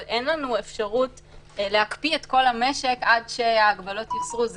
אבל אין לנו אפשרות להקפיא את כל המשק עד שההגבלות יוסרו,